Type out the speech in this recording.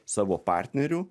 savo partneriu